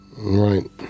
Right